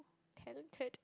talented